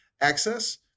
access